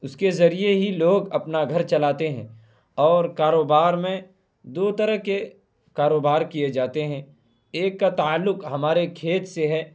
اس کے ذریعے ہی لوگ اپنا گھر چلاتے ہیں اور کاروبار میں دو طرح کے کاروبار کیے جاتے ہیں ایک کا تعلق ہمارے کھیت سے ہے